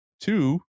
two